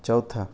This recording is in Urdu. چوتھا